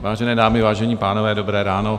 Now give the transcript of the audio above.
Vážené dámy, vážení pánové, dobré ráno.